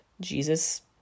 Jesus